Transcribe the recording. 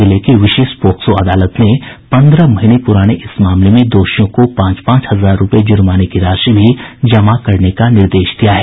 जिले की विशेष पॉक्सो अदालत ने पन्द्रह महीने प्राने इस मामले में दोषियों को पांच पांच हजार रूपये जुर्माने की राशि भी जमा करने का निर्देश दिया है